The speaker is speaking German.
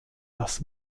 das